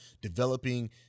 developing